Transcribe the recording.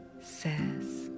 says